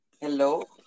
Hello